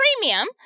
premium